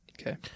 Okay